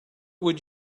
would